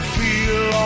feel